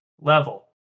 level